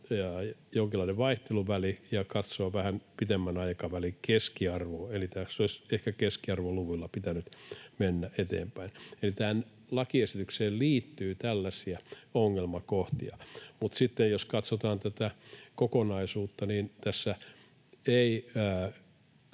jonkinlainen vaihteluväli ja olisi pitänyt katsoa vähän pitemmän aikavälin keskiarvoa, eli tässä olisi ehkä keskiarvoluvuilla pitänyt mennä eteenpäin. Eli tähän lakiesitykseen liittyy tällaisia ongelmakohtia. Mutta sitten, jos katsotaan tätä kokonaisuutta, niin tässä ei